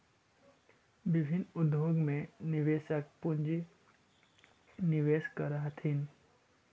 विभिन्न उद्योग में निवेशक पूंजी निवेश करऽ हथिन